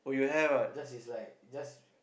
just is like just